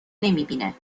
نمیبینه